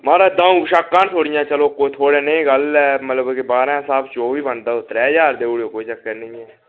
महाराज द'उं पोशाकां न थुआढ़ियां चलो कोई थोह्ड़े नेही गल्ल ऐ मतलब के बारां दे स्हाब चौह्बी बनदा तुस त्रै ज्हार देई ओड़ेओ कोई चक्कर नी ऐ